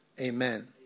Amen